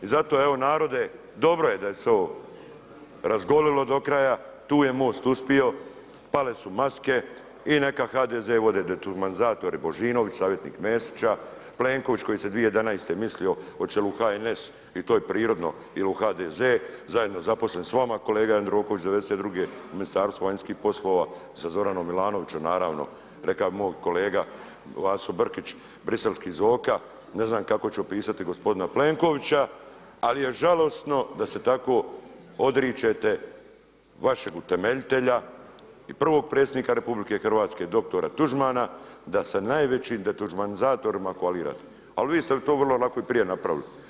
I zato, evo narode dobro je da se ovo razgorilo do kraja, tu je Most uspio, pale su maske i neka HDZ vode detuđmanizatori Božinović, savjetnik Mesića, Plenković koji se 2011. mislio hoće li u HNS, i to je prirodno, il u HDZ, zajedno zaposlen s vama, kolega Jandroković 92' u Ministarstvu vanjskih poslova, sa Zoranom Milanovićem, naravno, reka bi moj kolega Vaso Brkić, briselski Zoka, ne znam kako ću opisati gospodina Plenkovića, ali je žalosno da se tako odričete vašeg utemeljitelja i prvog predsjednika RH doktora Tuđmana, da se sa najvećim detuđmanizatorima koalirate, al vi ste to vrlo lako i prije napravili.